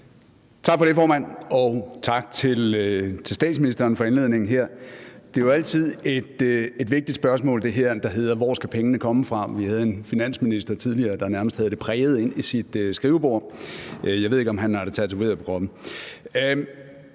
Tak for det, formand, og tak til statsministeren for indledningen her. Det er jo altid et vigtigt spørgsmål, altså det her, der lyder: Hvor skal pengene komme fra? Vi havde en finansminister tidligere, der nærmest havde det præget ind i sit skrivebord – jeg ved ikke, om han har det tatoveret på kroppen.